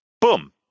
Boom